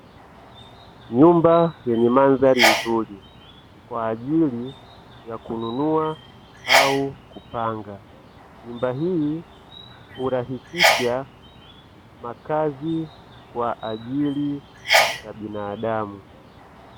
Nyumba zenye mandhari nzuri kwa ajili ya kununua au kupanga, nyumba hii hurahisisha makazi kwa ajili ya binadamu.